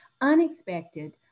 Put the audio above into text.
unexpected